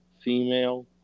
female